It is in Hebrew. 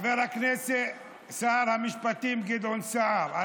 שר המשפטים גדעון סער,